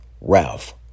Ralph